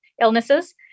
illnesses